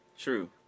True